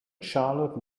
charlotte